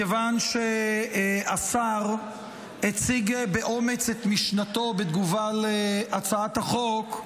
מכיוון שהשר הציג באומץ את משנתו בתגובה על הצעת החוק,